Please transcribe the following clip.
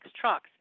trucks